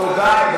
תודה.